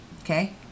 okay